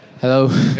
Hello